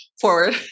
forward